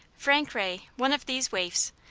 frank ray, one of these waifs,